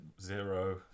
Zero